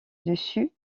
dessus